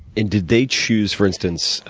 and, did they choose, for instance,